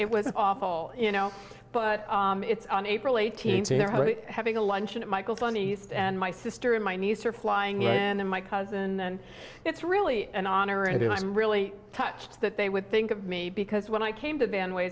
it was awful you know but it's on april eighteenth and they're having a luncheon at michael's funny and my sister and my niece are flying and my cousin and it's really an honor and i'm really touched that they would think of me because when i came to ban wa